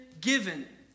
given